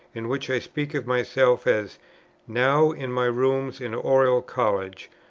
in which i speak of myself, as now in my rooms in oriel college,